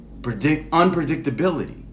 unpredictability